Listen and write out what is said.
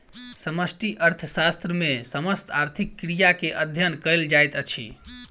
समष्टि अर्थशास्त्र मे समस्त आर्थिक क्रिया के अध्ययन कयल जाइत अछि